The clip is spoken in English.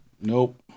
Nope